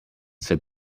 said